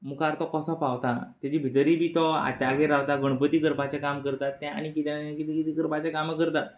मुखार तो कसो पावता तेचे भितरय बी तो आचार्य रावता गणपती करपाचें काम करता तें आनी कितें आनी कितें कितें करपाचें कामां करता